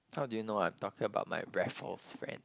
how do you know I'm talking about my Raffles friend